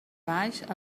baix